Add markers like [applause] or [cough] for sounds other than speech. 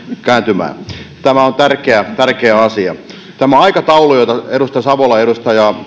kääntymään tämä on tärkeä tärkeä asia tämä aikataulu jota edustaja savola ja edustaja [unintelligible]